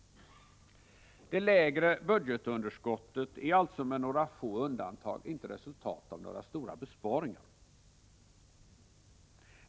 Det lägre budgetunderskottet är alltså med några få undantag inte resultat av några stora besparingar.